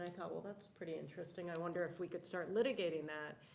i thought well, that's pretty interesting. i wonder if we could start litigating that.